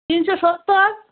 তিনশো সত্তর